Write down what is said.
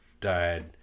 died